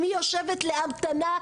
אם היא יושבת להמתנה,